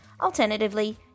Alternatively